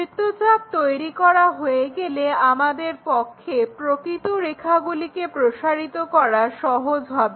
বৃত্তচাপ তৈরি করা হয়ে গেলে আমাদের পক্ষে প্রকৃত রেখাগুলিকে প্রসারিত করা সহজ হবে